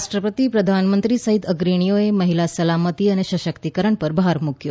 રાષ્ટ્રપતિ પ્રધાનમંત્રી સહીત અગ્રણીઓએ મહિલા સલામતી અને સશક્તિકરણ પર ભાર મુક્યો